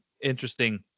interesting